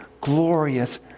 glorious